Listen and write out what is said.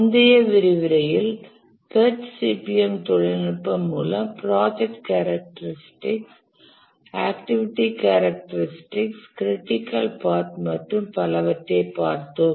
முந்தைய விரிவுரையில் PERT CPM தொழில்நுட்பம் மூலம் project characteristics activity characteristics critical path மற்றும் பலவற்றை பார்த்தோம்